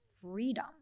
freedom